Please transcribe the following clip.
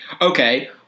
Okay